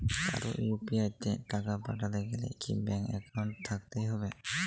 কারো ইউ.পি.আই তে টাকা পাঠাতে গেলে কি ব্যাংক একাউন্ট থাকতেই হবে?